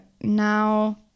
now